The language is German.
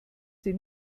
sie